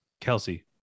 Kelsey